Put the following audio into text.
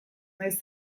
naiz